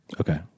Okay